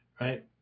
Right